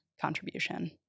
contribution